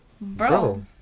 Bro